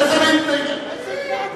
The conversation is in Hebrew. תצא לנוח.